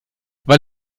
weil